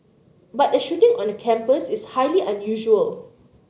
but a shooting on a campus is highly unusual